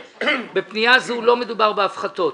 בפנייה הזו לא מדובר בהפחתות.